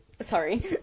Sorry